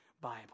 Bible